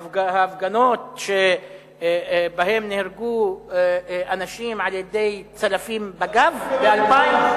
אתה זוכר את ההפגנות שבהן נהרגו אנשים על-ידי צלפים בגב ב-2000?